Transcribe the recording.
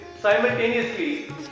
simultaneously